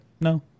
no